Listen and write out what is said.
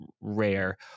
rare